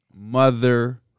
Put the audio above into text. mother